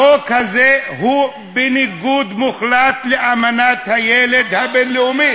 החוק הזה הוא בניגוד מוחלט לאמנת הילד הבין-לאומית.